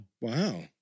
wow